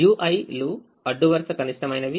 ui లు అడ్డువరుస కనిష్టమైనవి